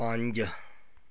ਪੰਜ